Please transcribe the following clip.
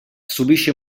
subisce